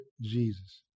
Jesus